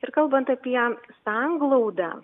ir kalbant apie sanglaudą